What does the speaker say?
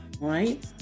right